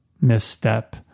misstep